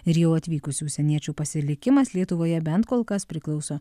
ir jau atvykusių užsieniečių pasilikimas lietuvoje bent kol kas priklauso